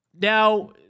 Now